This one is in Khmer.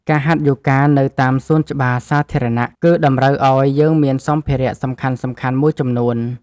ការហាត់យូហ្គានៅតាមសួនច្បារសាធារណៈ គឺតម្រូវឲ្យយើងមានសម្ភារៈសំខាន់ៗមួយចំនួន។